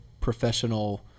professional